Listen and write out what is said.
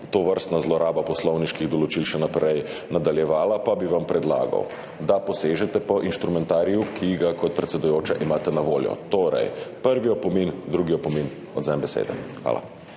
tovrstna zloraba poslovniških določil še naprej nadaljevala, pa bi vam predlagal, da posežete po inštrumentariju, ki ga kot predsedujoča imate na voljo, torej prvi opomin, drugi opomin, odvzem besede. Hvala.